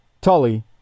Tully